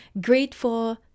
grateful